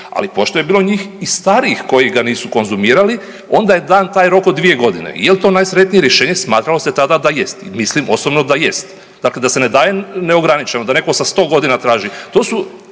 ali pošto je bilo njih i starijih koji ga nisu konzumirali onda je dan taj rok od 2 godine. Jel to najsretnije rješenje, smatralo se tada da je. Mislim osobno da jest. Dakle, da se ne daje neograničeno, da neko sa 100 godina traži, to su